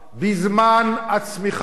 בזמן הצמיחה